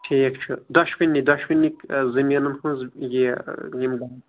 ٹھیٖک چُھ دۄشوٕنی دۄشوٕنی زٔمینَن ہنٛز یہِ